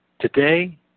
today